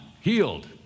healed